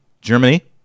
Germany